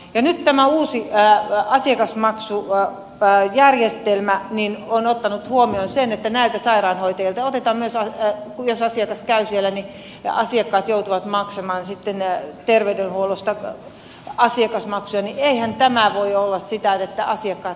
nyt kun tämä uusi jää ja asiakasmaksuja tai järjestelmä asiakasmaksujärjestelmä on ottanut huomioon sen että jos asiakkaat käyvät sairaanhoitajan vastaanotolla niin asiakkaat joutuvat maksamaan sitten terveydenhuollon asiakasmaksuja niin eihän tämä voi olla sitä että asiakkaat säästävät